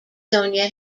sonja